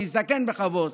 להזדקן בכבוד,